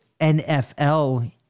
NFL